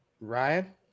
Ryan